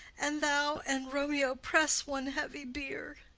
and thou and romeo press one heavy bier!